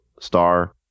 star